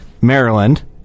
Maryland